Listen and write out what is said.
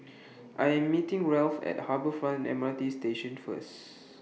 I Am meeting Ralph At Harbour Front M R T Station First